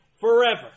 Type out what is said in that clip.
forever